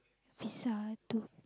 visa too